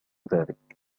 ذلك